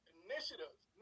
initiatives